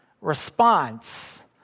response